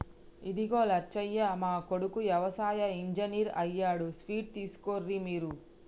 ఇదిగో లచ్చయ్య మా కొడుకు యవసాయ ఇంజనీర్ అయ్యాడు స్వీట్స్ తీసుకోర్రి మీరు